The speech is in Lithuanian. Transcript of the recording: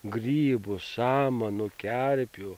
grybų samanų kerpių